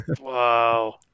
Wow